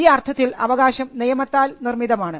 ഈ അർത്ഥത്തിൽ അവകാശം നിയമത്താൽ നിർമ്മിതമാണ്